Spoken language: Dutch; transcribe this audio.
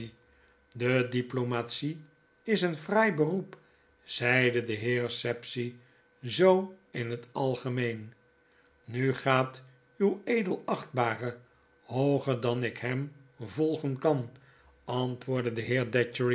de diplomatie is een fraai beroep zeide de heer sapsea zoo in het algemeen nu gaat uw edelachtbare hooger dan ik hem volgen kan antwoordde de